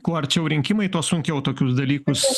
kuo arčiau rinkimai tuo sunkiau tokius dalykus